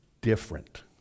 different